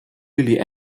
lilly